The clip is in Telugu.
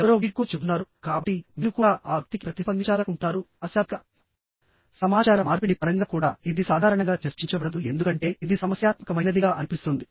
ఎవరో వీడ్కోలు చెబుతున్నారు కాబట్టి మీరు కూడా ఆ వ్యక్తికి ప్రతిస్పందించాలనుకుంటున్నారు అశాబ్దిక సమాచార మార్పిడి పరంగా కూడా ఇది సాధారణంగా చర్చించబడదు ఎందుకంటే ఇది సమస్యాత్మకమైనదిగా అనిపిస్తుంది